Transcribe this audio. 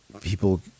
people